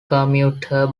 commuter